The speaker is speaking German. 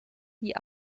die